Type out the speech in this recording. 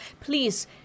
please